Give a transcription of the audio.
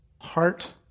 heart